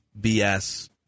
BS